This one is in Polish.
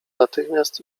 natychmiast